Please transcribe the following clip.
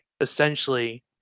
essentially